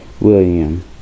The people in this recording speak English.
William